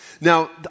Now